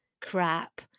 crap